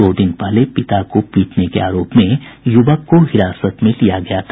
दो दिन पहले पिता को पीटने के आरोप में युवक को हिरासत में लिया गया था